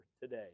today